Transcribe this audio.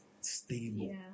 stable